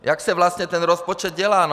Jak se vlastně ten rozpočet dělá?